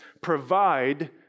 provide